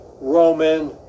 Roman